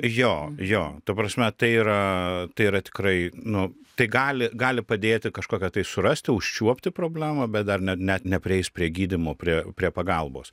jo jo ta prasme tai yra tai yra tikrai nu tai gali gali padėti kažkokią tai surasti užčiuopti problemą bet dar ne net neprieis prie gydymo prie prie pagalbos